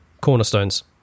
cornerstones